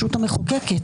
ההתגברות.